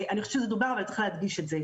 אני חושבת שזה דובר אבל צריך להדגיש את זה.